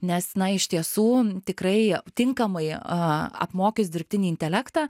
nes na iš tiesų tikrai tinkamai apmokius dirbtinį intelektą